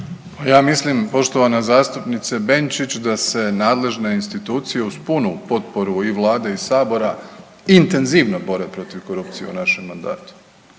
Ja mislim poštovana zastupnice Benčić da se nadležne institucije uz punu potporu i vlade i sabora intenzivno bore protiv korupcije u našem mandatu.